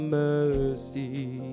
mercy